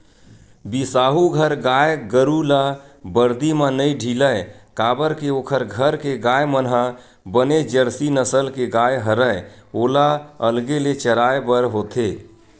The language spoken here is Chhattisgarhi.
बिसाहू घर गाय गरु ल बरदी म नइ ढिलय काबर के ओखर घर के गाय मन ह बने जरसी नसल के गाय हरय ओला अलगे ले चराय बर होथे